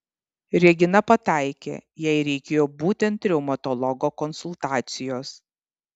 regina pataikė jai reikėjo būtent reumatologo konsultacijos